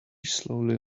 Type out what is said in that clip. slowly